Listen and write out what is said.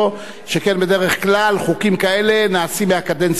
שכן בדרך כלל חוקים כאלה נעשים מהקדנציה הבאה.